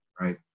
Right